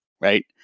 right